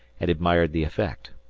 and admired the effect.